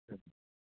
ಸರಿ ರೀ ಸರಿ